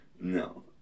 No